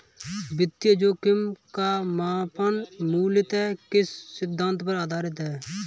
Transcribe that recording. वित्तीय जोखिम का मापन मूलतः किस सिद्धांत पर आधारित है?